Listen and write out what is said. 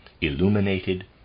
illuminated